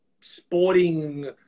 sporting